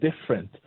different